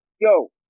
yo